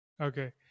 Okay